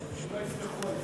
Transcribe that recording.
שלא יסמכו על זה.